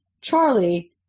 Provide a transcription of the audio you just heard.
Charlie